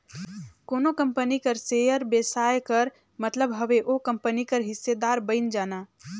कोनो कंपनी कर सेयर बेसाए कर मतलब हवे ओ कंपनी कर हिस्सादार बइन जाना